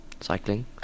cycling